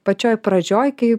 pačioj pradžioj kai